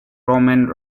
roman